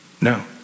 No